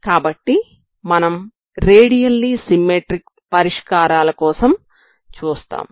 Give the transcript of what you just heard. కాబట్టి మనం radially symmetric పరిష్కారాల కోసం చూస్తాము